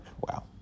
Wow